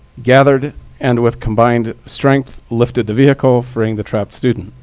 gathered and with combined strength, lifted the vehicle, freeing the trapped student.